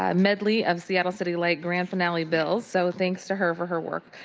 ah medley of seattle city light grand finale bills so thanks to her for her work.